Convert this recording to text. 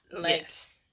Yes